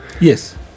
Yes